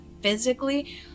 physically